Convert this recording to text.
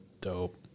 Dope